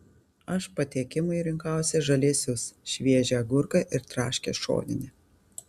aš patiekimui rinkausi žalėsius šviežią agurką ir traškią šoninę